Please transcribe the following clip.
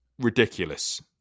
Ridiculous